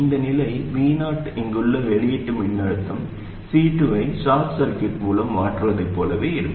இந்த நிலை Vo இங்குள்ள வெளியீட்டு மின்னழுத்தம் C2 ஐ ஷார்ட் சர்க்யூட் மூலம் மாற்றுவதைப் போலவே இருக்கும்